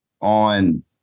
on